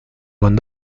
con